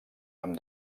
amb